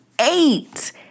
eight